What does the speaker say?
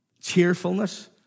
Cheerfulness